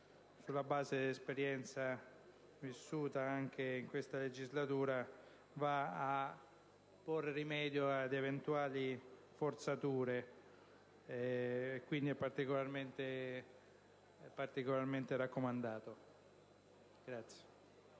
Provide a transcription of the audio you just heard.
sulla base dell'esperienza vissuta anche in questa legislatura, va a porre rimedio ad eventuali forzature. Pertanto, è particolarmente raccomandabile.